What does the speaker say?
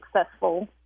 successful